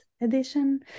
Edition